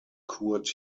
kurt